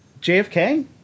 JFK